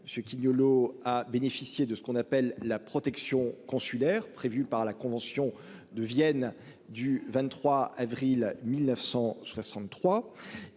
M. Quignolot a bénéficié de ce que l'on appelle la protection consulaire, prévue par la convention de Vienne du 24 avril 1963.